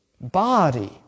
body